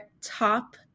top